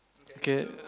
okay